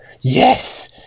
yes